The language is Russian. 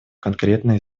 конкретные